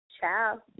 Ciao